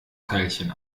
teilchen